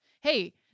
Hey